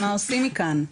היא נפטרה בבית.